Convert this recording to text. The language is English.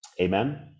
Amen